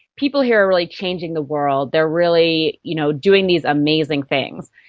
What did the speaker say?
people here are really changing the world, they are really you know doing these amazing things.